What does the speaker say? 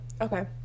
Okay